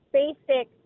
basic